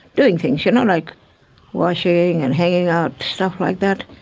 doing things you know, like washing and hanging out, stuff like that.